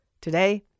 Today